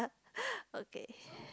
okay